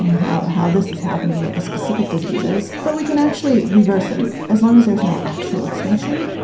how how this is happening, what the specific diseases, but we can actually reverse them as long as there's no actual extinction.